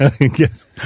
Yes